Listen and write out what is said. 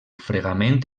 fregament